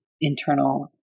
internal